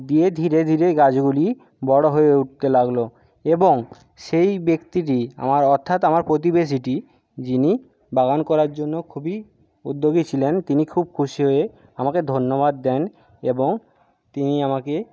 দিয়ে ধীরে ধীরে গাছগুলি বড়ো হয়ে উঠতে লাগলো এবং সেই ব্যক্তিরই আমার অর্থাৎ আমার প্রতিবেশীটি যিনি বাগান করার জন্য খুবই উদ্যোগী ছিলেন তিনি খুব খুশি হয়ে আমাকে ধন্যবাদ দেন এবং তিনি আমাকে